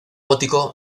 gótico